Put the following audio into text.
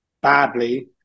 badly